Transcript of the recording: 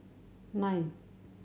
nine